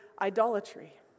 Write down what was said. idolatry